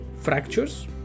fractures